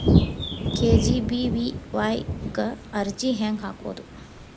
KGBVY ಕ್ಕ ಅರ್ಜಿ ಹೆಂಗ್ ಹಾಕೋದು?